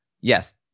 yes